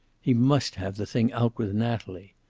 he must have the thing out with natalie.